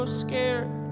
scared